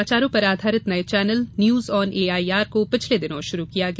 समाचारों पर आधारित नए चैनल न्यूज ऑन एआईआर को पिछले दिनों शुरू किया गया